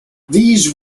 these